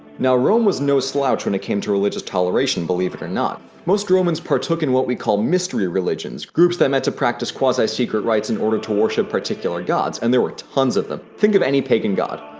now rome was no slouch when it came to religious toleration, believe it or not. most romans partook in what we call mystery religions groups that met to practice quasi-secret rites in order to worship particular gods and there were tons of them. think of any pagan god.